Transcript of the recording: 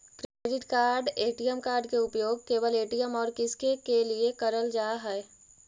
Credit card ATM card के उपयोग केवल ए.टी.एम और किसके के लिए करल जा है?